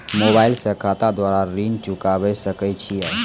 Mobile से खाता द्वारा ऋण चुकाबै सकय छियै?